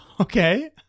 Okay